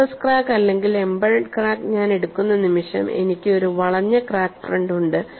surface crack അല്ലെങ്കിൽ embedded crack ഞാൻ എടുക്കുന്ന നിമിഷം എനിക്ക് ഒരു വളഞ്ഞ ക്രാക്ക് ഫ്രണ്ട് ഉണ്ട്